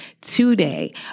today